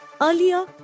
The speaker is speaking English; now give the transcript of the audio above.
Earlier